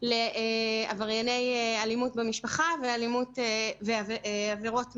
לעברייני אלימות במשפחה ועבירות מין.